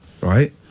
right